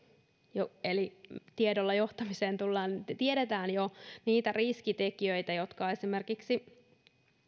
jo eli tiedolla johtamiseen tullaan niitä syrjäytymisen riskitekijöitä joita esimerkiksi